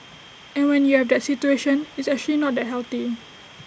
and when you have that situation it's actually not that healthy